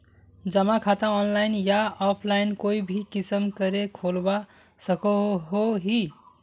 जमा खाता ऑनलाइन या ऑफलाइन कोई भी किसम करे खोलवा सकोहो ही?